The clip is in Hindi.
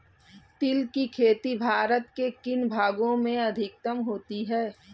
तिल की खेती भारत के किन भागों में अधिकतम होती है?